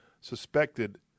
suspected